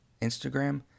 Instagram